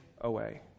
away